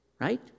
Right